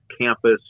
campus